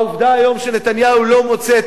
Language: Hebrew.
העובדה היום היא שנתניהו לא מוצא את